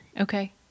Okay